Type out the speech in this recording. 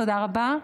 תודה רבה.